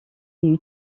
est